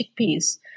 chickpeas